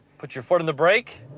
put your foot on the brake,